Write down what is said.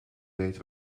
weet